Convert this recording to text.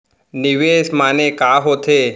निवेश माने का होथे?